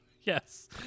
yes